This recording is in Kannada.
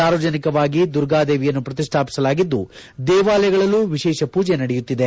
ಸಾರ್ವಜನಿಕವಾಗಿ ದುರ್ಗಾದೇವಿಯನ್ನು ಪ್ರತಿಷ್ಠಾಪಿಸಲಾಗಿದ್ದು ದೇವಾಲಯಗಳಲ್ಲೂ ವಿಶೇಷ ಪೂಜೆ ನಡೆಯುತ್ತಿದೆ